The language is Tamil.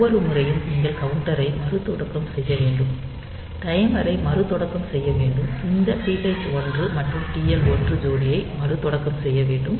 ஒவ்வொரு முறையும் நீங்கள் கவுண்டரை மறுதொடக்கம் செய்ய வேண்டும் டைமரை மறுதொடக்கம் செய்ய வேண்டும் இந்த TH 1 மற்றும் TL 1 ஜோடியையும் மறுதொடக்கம் செய்ய வேண்டும்